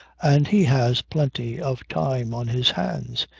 and he has plenty of time on his hands.